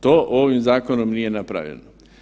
To ovim zakonom nije napravljeno.